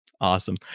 Awesome